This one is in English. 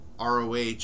ROH